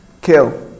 kill